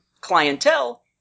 clientele